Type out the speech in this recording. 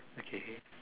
okay okay